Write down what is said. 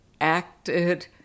acted